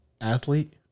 Athlete